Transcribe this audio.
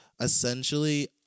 essentially